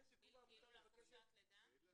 אלה התקנות,